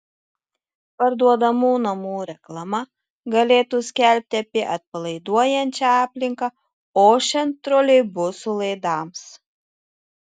parduodamų namų reklama galėtų skelbti apie atpalaiduojančią aplinką ošiant troleibusų laidams